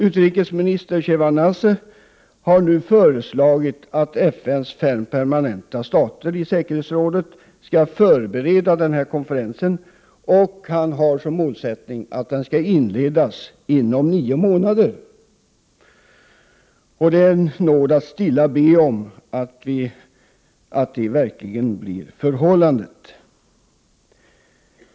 Utrikesminister Sjevardnadze har nu föreslagit att FN:s fem permanenta stater i säkerhetsrådet skall förbereda denna konferens. Han har som målsättning att den skall inledas inom nio månader. Det är en nåd att stilla bedja om, att det verkligen blir så.